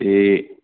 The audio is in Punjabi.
ਅਤੇ